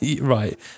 right